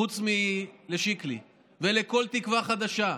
חוץ משיקלי, ולכל תקווה חדשה: